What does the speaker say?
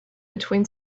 between